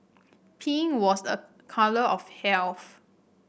pink was a colour of health